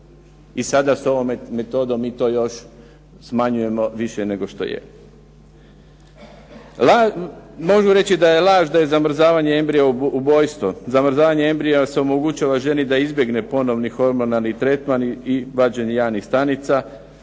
I sada s ovom metodom mi to još smanjujemo više nego što je. Mogu reći da je laž da je zamrzavanje embrija ubojstvo. Zamrzavanjem embrija se omogućava ženi da izbjegne ponovni hormonalni tretman i vađenje jajnih stanica